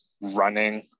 running